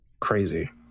Crazy